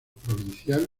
provincial